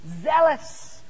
Zealous